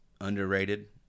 underrated